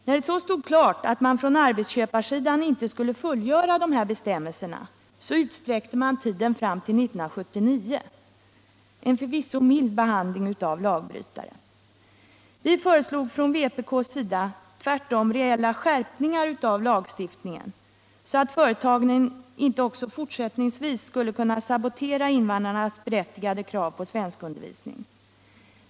När det så stod klart att man på arbetsköparhåll inte skulle fullgöra dessa bestämmelser utsträcktes tiden fram till 1979, en förvisso mild behandling av lagbrytare. Vi föreslog från vpk tvärtom reella skärpningar av lagstiftningen så att företagen inte också fortsättningsvis skulle kunna sabotera invandrarnas berättigade krav på svenskundervisning.